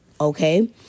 okay